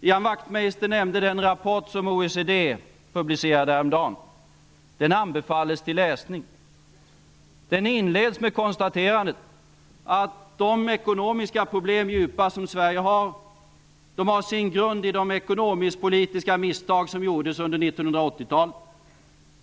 Ian Wachtmeister nämnde den rapport som OECD publicerade häromdagen. Den anbefalles till läsning. Rapporten inleds med konstaterandet att Sveriges djupa ekonomiska problem har sin grund i de ekonomisk-politiska misstag som gjordes under 1980-talet.